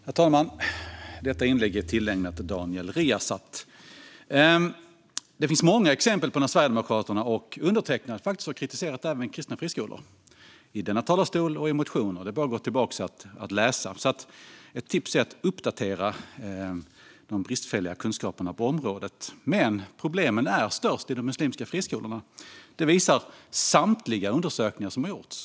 Herr talman! Detta inlägg är tillägnat Daniel Riazat. Det finns många exempel på när Sverigedemokraterna och undertecknad har kritiserat även kristna friskolor, i denna talarstol och i motioner. Det är bara att gå tillbaka och läsa. Ett tips är alltså att uppdatera sina bristfälliga kunskaper på området. Problemen är dock störst i de muslimska friskolorna; det visar samtliga undersökningar som har gjorts.